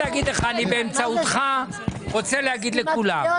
באמצעותך אני רוצה להגיד לכולם.